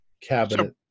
cabinet